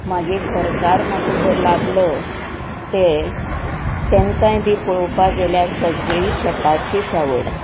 मागे घरकार म्हाका जो लाभलो ते तेंकाय बी पळोवपाक गेल्यार सगळीं शेतांचीच आवड